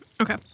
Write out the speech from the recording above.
Okay